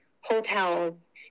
hotels